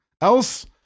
else